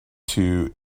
two